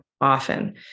often